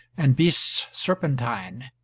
and beasts serpentine.